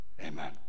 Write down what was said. Amen